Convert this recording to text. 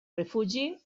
refugi